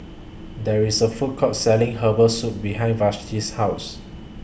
There IS A Food Court Selling Herbal Soup behind Vashti's House